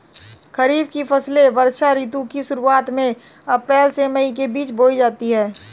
खरीफ की फसलें वर्षा ऋतु की शुरुआत में अप्रैल से मई के बीच बोई जाती हैं